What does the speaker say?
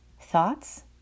Thoughts